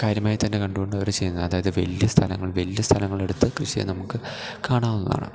കാര്യമായിത്തന്നെ കണ്ടുകൊണ്ട് അവർ ചെയ്യുന്നത് അതായത് വലിയ സ്ഥലങ്ങൾ വലിയ സ്ഥലങ്ങളെടുത്ത് കൃഷിയെ നമുക്ക് കാണാവുന്നതാണ്